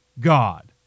God